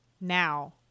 now